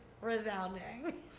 resounding